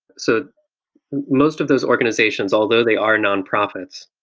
so most of those organizations, although they are nonprofits,